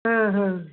ହଁ ହଁ